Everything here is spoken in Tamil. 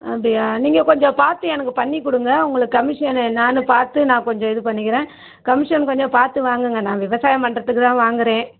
அப்படியா நீங்கள் கொஞ்சம் பார்த்து எனக்கு பண்ணிக்கொடுங்க உங்களுக்கு கமிஷன் என்னான்னு பார்த்து நான் கொஞ்சம் இது பண்ணிக்கிறேன் கமிஷன் கொஞ்சம் பார்த்து வாங்குங்க நான் விவசாயம் பண்ணுறத்துக்கு தான் வாங்குறேன்